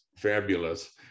fabulous